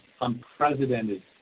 unprecedented